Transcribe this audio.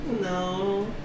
No